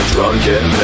Drunken